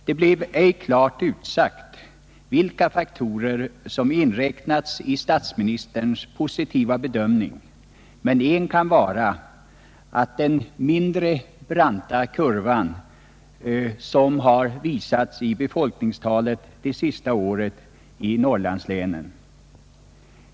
Det blev ej klart utsagt vilka faktorer som inräknats i statsministerns positiva bedömning, men en kan vara den mindre branta kurvan över det sjunkande befolkningstalet det senaste året i Norrlandslänen.